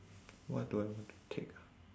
what do I want to take ah